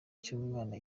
cy’umwana